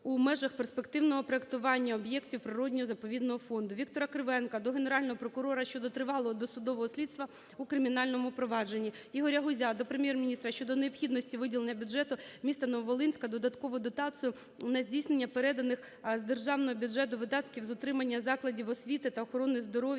Віктора Кривенка до Генерального прокурора щодо тривалого досудового слідства у кримінальному провадженні. Ігоря Гузя до Прем'єр-міністра щодо необхідності виділення бюджету міста Нововолинська додаткової дотації на здійснення переданих з державного бюджету видатків з утримання закладів освіти та охорони здоров'я